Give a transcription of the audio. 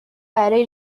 برای